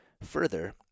Further